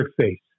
face